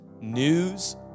news